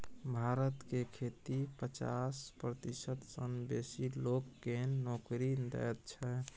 भारत के खेती पचास प्रतिशत सँ बेसी लोक केँ नोकरी दैत छै